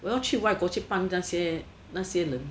我要去外国去帮那些那些人